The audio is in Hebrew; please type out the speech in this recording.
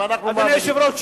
אדוני היושב-ראש,